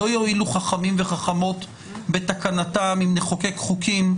לא יועילו חכמים וחכמות בתקנתם, אם נחוקק חוקים,